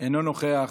אינו נוכח,